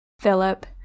Philip